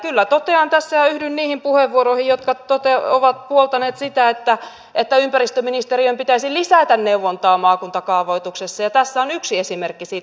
kyllä totean tässä ja yhdyn niihin puheenvuoroihin jotka ovat puoltaneet sitä että ympäristöministeriön pitäisi lisätä neuvontaa maakuntakaavoituksessa ja tässä on yksi esimerkki siitä